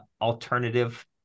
alternative